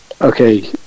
okay